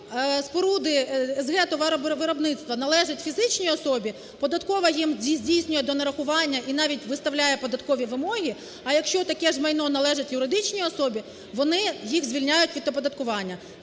споруди с/г товаровиробництва належать фізичній особі, податкова їм здійснює донарахування, і навіть виставляє податкові вимоги. А якщо таке ж майно належить юридичній особі, вони їх звільняють від оподаткування.